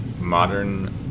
modern